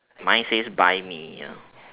mine says buy me ya